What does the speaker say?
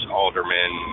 aldermen